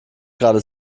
gerade